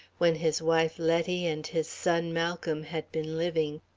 when his wife, letty, and his son malcolm had been living.